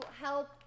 help